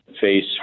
face